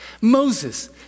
moses